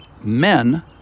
Men